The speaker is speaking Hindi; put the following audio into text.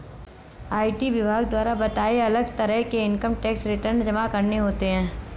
आई.टी विभाग द्वारा बताए, अलग तरह के इन्कम टैक्स रिटर्न जमा करने होते है